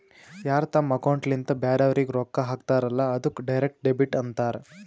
ಯಾರ್ ತಮ್ ಅಕೌಂಟ್ಲಿಂತ್ ಬ್ಯಾರೆವ್ರಿಗ್ ರೊಕ್ಕಾ ಹಾಕ್ತಾರಲ್ಲ ಅದ್ದುಕ್ ಡೈರೆಕ್ಟ್ ಡೆಬಿಟ್ ಅಂತಾರ್